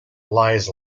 lies